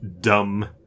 dumb